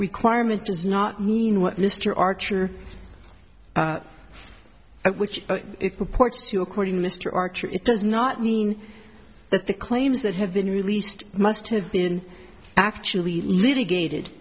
requirement does not mean what mr archer which purports to according to mr archer it does not mean that the claims that have been released must have been actually litigated